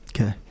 Okay